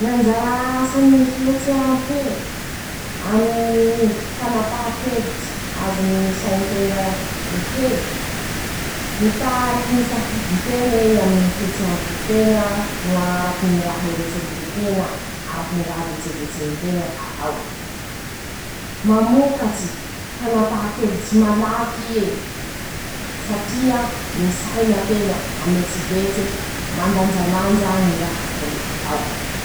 Ñy anjara asany ñy fihetseham-po, aminy ñy fanampahan-kevitsy azony ñy sainteña enke: -Mitarike ñy safidin-teña ii aminy fietseham-po nteña, no araky ñy raha eretserety nteña, araky ñ ra vetsevetsé nteña hatao. -Mamokatsy fanampahan-kevitsy malak'ie, satria misaina teña, mametsivetsy, mandanjalanja ñy raha tokony hatao.